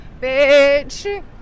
Bitch